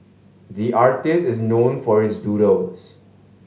the artist is known for his doodles